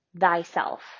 thyself